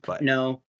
No